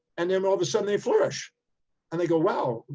and then all of a sudden they flourish and they go, wow,